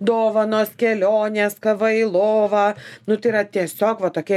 dovanos kelionės kava į lovą nu tai yra tiesiog va tokie